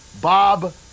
Bob